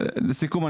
לסיכום,